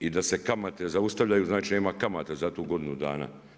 I da se kamate zaustavljaju, znači nema kamate za tu godinu dana.